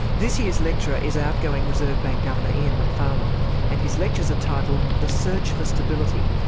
this year's lecturer is outgoing reserve bank governor, ian macfarlane and his lectures are titled the search for stability.